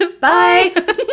Bye